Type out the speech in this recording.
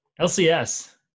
LCS